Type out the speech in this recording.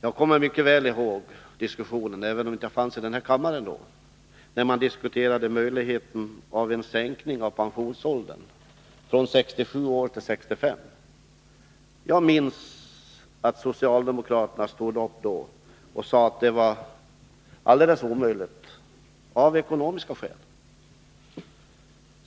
Jag kommer mycket väl ihåg diskussionen, även om jag då inte tillhörde denna kammare, om en sänkning av pensionsåldern från 67 till 65 år. Jag minns ätt socialdemokraterna stod upp och sade att det var alldeles omöjligt av ekonomiska skäl.